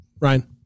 Ryan